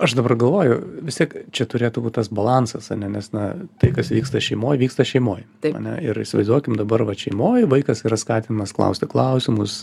aš dabar galvoju vis tiek čia turėtų būt tas balansas ane nes na tai kas vyksta šeimoj vyksta šeimoj ane ir įsivaizduokim dabar vat šeimoj vaikas yra skatinamas klausti klausimus